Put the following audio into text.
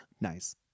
Nice